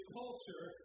culture